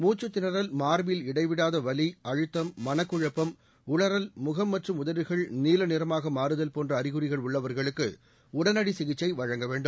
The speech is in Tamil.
மூச்சுத் திணறல் மார்பில் இளடவிடாத வலி அழுத்தம் மனகுழப்பம் உளறல் முகம் மற்றும் உதடுகள் நீல நிறமாக மாறுதல போன்ற அறிகுறிகள் உள்ளவர்களுக்கு உடனடி சிகிச்சை வழங்க வேண்டும்